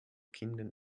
kindern